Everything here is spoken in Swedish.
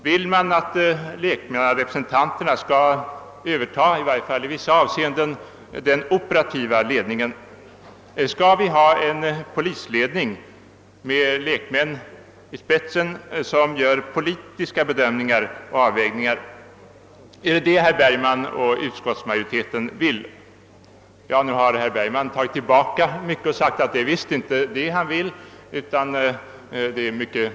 Önskar den att lekmannarepresentanterna, i varje fall i vissa avseenden, skall överta den operativa ledningen? Skall vi ha en polisledning med lekmän i spetsen som gör politiska bedömningar och avvägningar? Är det detta herr Bergman och utskottsmajoriteten vill? Nu har herr Bergman tagit tillbaka mycket och framhållit att han visst inte önskar något sådant.